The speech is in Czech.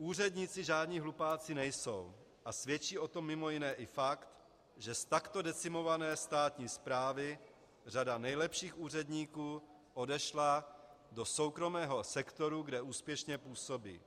Úředníci žádní hlupáci nejsou a svědčí o tom mimo jiné i fakt, že z takto decimované státní správy řada nejlepších úředníků odešla do soukromého sektoru, kde úspěšně působí.